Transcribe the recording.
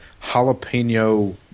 jalapeno